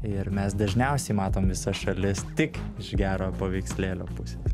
ir mes dažniausiai matom visas šalis tik iš gerojo paveikslėlio pusės